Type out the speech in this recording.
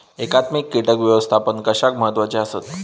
एकात्मिक कीटक व्यवस्थापन कशाक महत्वाचे आसत?